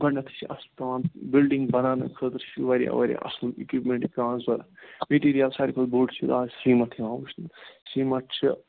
گۄڈٕنٮ۪تھٕے چھِ اَسہِ پٮ۪وان بِلڈِنٛگ بَناونہٕ خٲطرٕ چھُ واریاہ واریاہ اَصٕل اِکیٛوٗپمٮ۪نٛٹ پٮ۪وان ضروٗرت مِٹیٖریَل ساروٕے کھۄتہٕ بوٚڈ چھُ اَز سیٖمَٹھ یِوان وُچھنہٕ سیٖمَٹھ چھِ